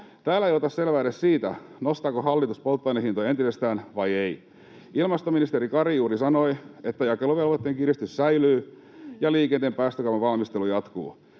Täällä ei ota selvää edes siitä, nostaako hallitus polttoainehintoja entisestään vai ei. Ilmastoministeri Kari juuri sanoi, että jakeluvelvoitteen kiristys säilyy ja liikenteen päästökaupan valmistelu jatkuu.